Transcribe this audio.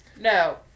No